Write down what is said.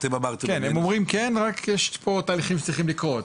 אתם אמרתם --- הם אומרים כן ורק יש פה תהליכים שצריכים לקרות.